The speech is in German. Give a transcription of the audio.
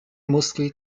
muskel